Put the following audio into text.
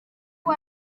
uwo